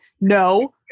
No